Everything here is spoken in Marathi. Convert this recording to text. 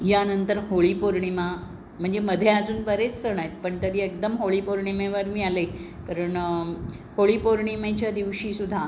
यानंतर होळी पौर्णिमा म्हणजे मध्ये अजून बरेच सण आहेत पण तरी एकदम होळी पौर्णिमेवर मी आले कारण होळी पौर्णिमेच्या दिवशी सुद्धा